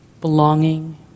belonging